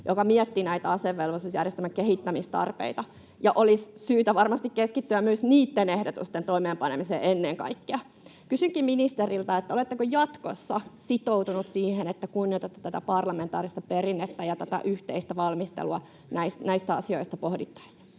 joka mietti asevelvollisuusjärjestelmän kehittämistarpeita. Olisi syytä varmasti keskittyä niitten ehdotusten toimeenpanemiseen ennen kaikkea. Kysynkin ministeriltä: oletteko jatkossa sitoutunut siihen, että kunnioitatte tätä parlamentaarista perinnettä ja tätä yhteistä valmistelua näitä asioita pohdittaessa?